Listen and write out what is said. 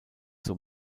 zur